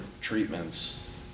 treatments